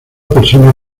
persona